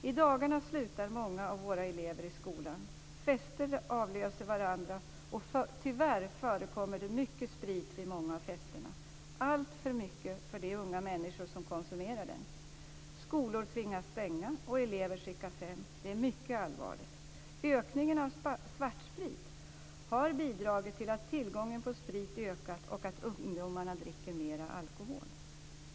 I dagarna slutar många av våra elever i skolan. Festerna avlöser varandra, och tyvärr förekommer det mycket sprit vid många av festerna, alltför mycket för de unga människor som konsumerar den. Skolor tvingas stänga, och elever skickas hem. Det är mycket allvarligt. Ökningen av svartsprit har bidragit till att tillgången på sprit ökat och till att ungdomarna dricker mer alkohol.